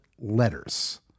letters